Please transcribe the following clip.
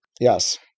Yes